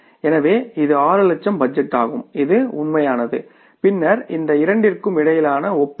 எனவே இது 6 லட்சம் பட்ஜெட்டாகும் இது உண்மையானது பின்னர் இந்த இரண்டிற்கும் இடையிலான ஒப்பீடு